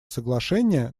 соглашения